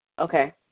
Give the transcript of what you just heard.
Okay